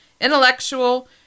intellectual